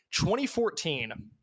2014